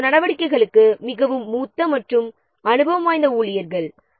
அந்த நடவடிக்கைகளுக்கு மிகவும் மூத்த மற்றும் அனுபவம் வாய்ந்த ஊழியர்கள் தேவை